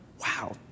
Wow